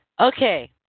Okay